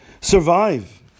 survive